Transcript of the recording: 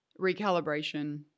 recalibration